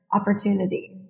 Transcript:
opportunity